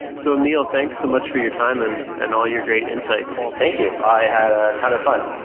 so emil, thanks so much for your time and and all your great insights thank you. i had a ton of fun